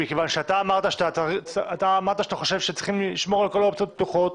אתה אמרת שאתה חושב שצריכים לשמור את כל האופציות פתוחות